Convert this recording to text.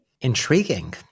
Intriguing